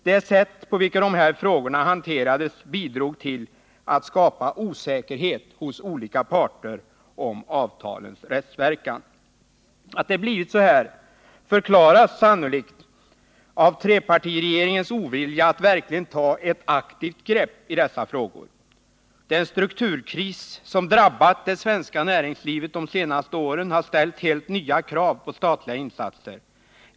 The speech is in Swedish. Det sätt på vilket de här frågorna hanterades bidrog till att skapa osäkerhet hos olika parter om avtalens rättsverkan. Att det blivit så här förklaras sannolikt av trepartiregeringens ovilja att verkligen ta ett aktivt grepp i dessa frågor. Den strukturkris som drabbat det svenska näringslivet de senaste åren har ställt helt nya krav på statliga insatser.